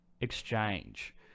exchange